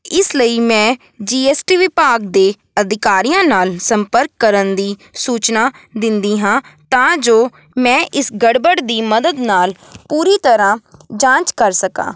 ਇਸ ਲਈ ਮੈਂ ਜੀ ਐਸ ਟੀ ਵਿਭਾਗ ਦੇ ਅਧਿਕਾਰੀਆਂ ਨਾਲ ਸੰਪਰਕ ਕਰਨ ਦੀ ਸੂਚਨਾ ਦਿੰਦੀ ਹਾਂ ਤਾਂ ਜੋ ਮੈਂ ਇਸ ਗੜਬੜ ਦੀ ਮਦਦ ਨਾਲ ਪੂਰੀ ਤਰ੍ਹਾਂ ਜਾਂਚ ਕਰ ਸਕਾਂ